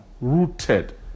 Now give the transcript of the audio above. rooted